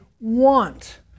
want